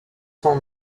son